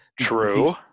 True